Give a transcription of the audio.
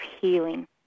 healing